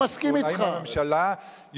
האם הממשלה,